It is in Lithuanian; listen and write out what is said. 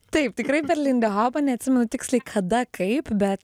taip tikrai per lindihopą neatsimenu tiksliai kada kaip bet